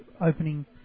opening